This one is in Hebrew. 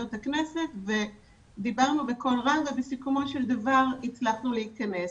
לוועדות הכנסת ודיברנו בקול רם ובסיכומו של דבר הצלחנו להכנס.